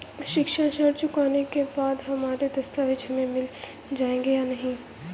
शिक्षा ऋण चुकाने के बाद हमारे दस्तावेज हमें मिल जाएंगे या नहीं?